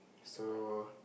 so